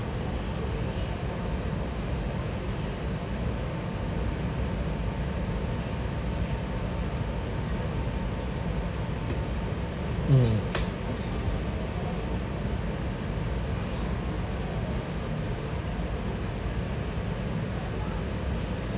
mm